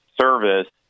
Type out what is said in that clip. service